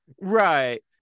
Right